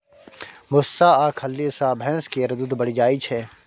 भुस्सा आ खल्ली सँ भैंस केर दूध बढ़ि जाइ छै